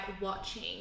watching